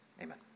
amen